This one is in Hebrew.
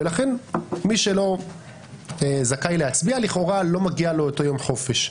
ולכן מי שלא זכאי להצביע לכאורה לא מגיע לו את יום החופש.